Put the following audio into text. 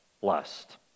blessed